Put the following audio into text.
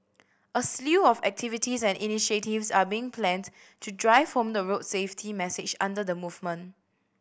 a slew of activities and initiatives are being planned to drive home the road safety message under the movement